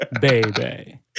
Baby